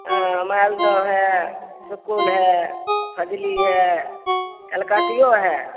हँ मालदह हए सुक्कुल हए फजली हए कलकतिओ हए